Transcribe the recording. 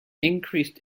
increased